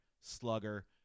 slugger